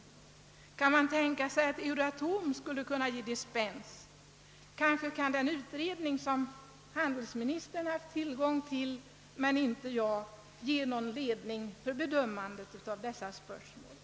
Kan man tänka sig att Euratom kan ge dispens? Den utredning, som handelsministern men inte jag har tillgång till, kanske kan ge någon ledning för bedömandet av dessa spörsmål.